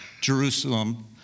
Jerusalem